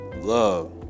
love